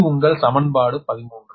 இது உங்கள் சமன்பாடு 13